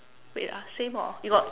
wait ah same hor you got